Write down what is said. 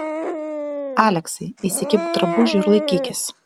aleksai įsikibk drabužių ir laikykis